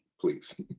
Please